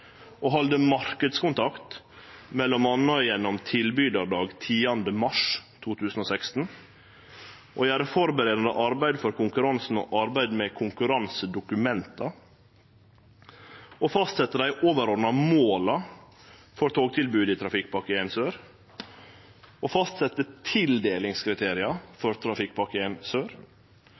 å halde marknadskontakt, m.a. gjennom tilbydardag 10. mars 2016 å gjere førebuande arbeid for konkurransen og arbeid med konkurransedokumenta å fastsetje dei overordna måla for togtilbodet i Trafikkpakke 1 Sør å fastsetje tildelingskriteria for Trafikkpakke 1 Sør